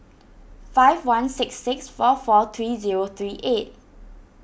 five one six six four four three zero three eight